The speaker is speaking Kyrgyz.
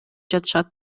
жатышат